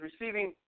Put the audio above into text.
receiving